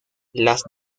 las